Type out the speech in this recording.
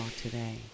today